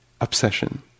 obsession